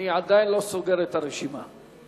אני עדיין לא סוגר את הרשימה.